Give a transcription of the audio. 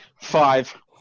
Five